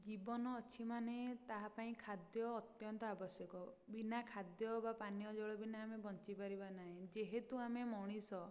ଜୀବନ ଅଛି ମାନେ ତାହା ପାଇଁ ଖାଦ୍ୟ ଅତ୍ୟନ୍ତ ଆବଶ୍ୟକ ବିନା ଖାଦ୍ୟ ବା ପାନୀୟ ଜଳ ବିନା ଆମେ ବଞ୍ଚିପାରିବା ନାହିଁ ଯେହେତୁ ଆମେ ମଣିଷ